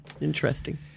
Interesting